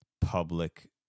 public